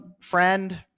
friend